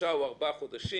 שלושה או ארבעה חודשים.